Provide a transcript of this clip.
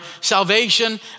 salvation